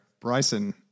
Bryson